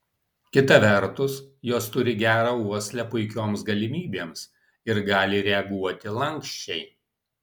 kita vertus jos turi gerą uoslę puikioms galimybėms ir gali reaguoti lanksčiai